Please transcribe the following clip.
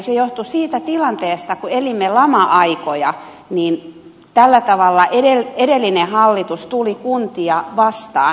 se johtui siitä tilanteesta että kun elimme lama aikoja niin tällä tavalla edellinen hallitus tuli kuntia vastaan